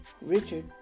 Richard